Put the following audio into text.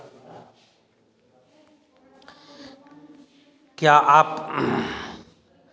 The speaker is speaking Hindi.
क्या आप